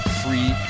free